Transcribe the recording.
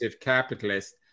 capitalist